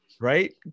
right